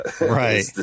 Right